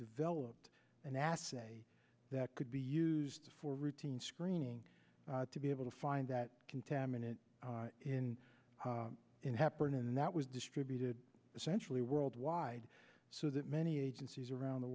developed a nasa say that could be used for routine screening to be able to find that contaminants in in happen and that was distributed essentially worldwide so that many agencies around the